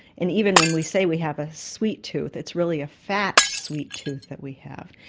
and even when we say we have a sweet tooth, it's really a fat sweet tooth that we have.